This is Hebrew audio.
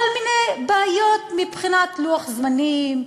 כל מיני בעיות מבחינת לוח זמנים,